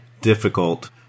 difficult –